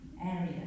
area